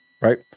right